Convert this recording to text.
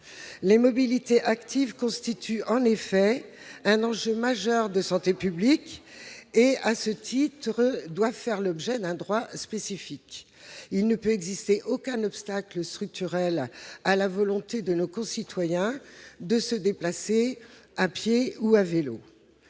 Les mobilités actives, qui constituent en effet un enjeu majeur de santé publique, doivent, à ce titre, faire l'objet d'un droit spécifique. Il ne peut exister aucun obstacle structurel à la volonté de nos concitoyens de se déplacer à pied ou à vélo.